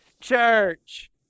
church